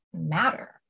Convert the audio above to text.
matter